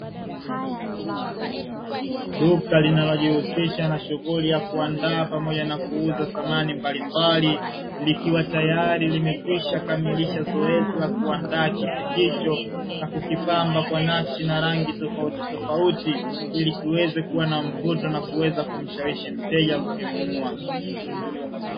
Duka linalojihusisha na shughuli ya kuandaa pamoja na kuuza samani mbalimbali, likiwa tayari limekwisha kukamalisha zoezi la kuandaa kiti hicho na kukipamba kwa nakshi na rangi tofauti tofauti, ili kiweze kuwa na mvuto na kuweza kumshawishi mteja kukinunua.